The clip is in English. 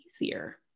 easier